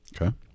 Okay